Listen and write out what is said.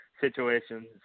situations